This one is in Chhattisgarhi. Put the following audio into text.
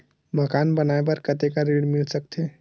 मकान बनाये बर कतेकन ऋण मिल सकथे?